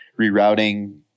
rerouting